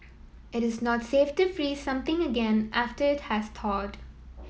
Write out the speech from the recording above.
it is not safe to freeze something again after it has thawed